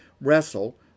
wrestle